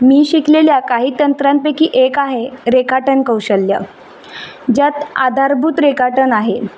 मी शिकलेल्या काही तंत्रांपैकी एक आहे रेखाटन कौशल्य ज्यात आधारभूत रेखाटन आहे